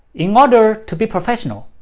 in order to be professional,